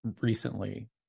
recently